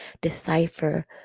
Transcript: decipher